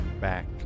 back